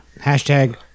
Hashtag